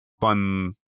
fun